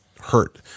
hurt